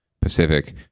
Pacific